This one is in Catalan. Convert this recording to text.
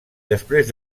després